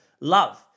love